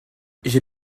j’ai